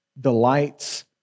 Delights